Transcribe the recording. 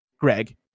Greg